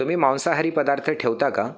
तुम्ही मांसाहारी पदार्थ ठेवता का